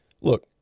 look